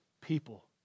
people